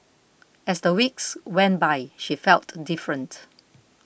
as the weeks went by she felt different